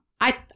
I-